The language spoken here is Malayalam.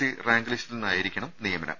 സി റാങ്ക് ലിസ്റ്റിൽ നിന്നായിരിക്കണം നിയമനം